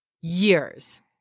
years